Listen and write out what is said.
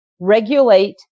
Regulate